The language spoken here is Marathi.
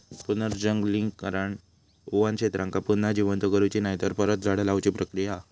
पुनर्जंगलीकरण वन क्षेत्रांका पुन्हा जिवंत करुची नायतर परत झाडा लाऊची प्रक्रिया हा